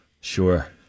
Sure